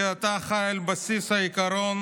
כי אתה חי על בסיס העיקרון